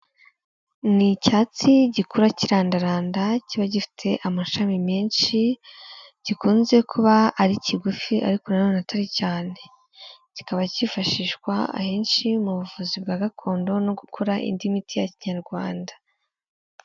Ni icyatsi gikura kirandaranda kiba gifite amashami menshi, gikunze kuba ari kigufi ariko na none atari cyane. Kikaba cyifashishwa ahenshi mu buvuzi bwa gakondo no gukora indi miti ya kinyarwanda.